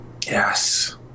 yes